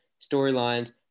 storylines